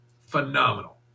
phenomenal